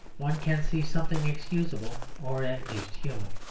one can see something excusable or at least human.